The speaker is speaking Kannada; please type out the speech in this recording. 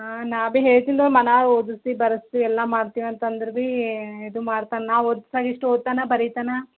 ಹಾಂ ನಾ ಬಿ ಹೇಳ್ತಿನಿ ರೀ ಮನಾಗೆ ಓದಿಸಿ ಬರೆಸಿ ಎಲ್ಲ ಮಾಡ್ತೀವಿ ಅಂತ ಅಂದ್ರು ಬೀ ಇದು ಮಾಡ್ತಾನೆ ನಾವು ಓದ್ಸ್ದಾಗ ಇಷ್ಟು ಓದ್ತಾನೆ ಬರಿತಾನೆ